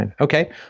Okay